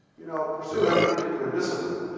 you know, pursue any particular discipline.